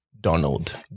Donald